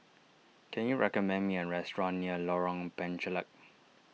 can you recommend me a restaurant near Lorong Penchalak